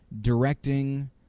directing